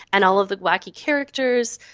and all of the wacky characters.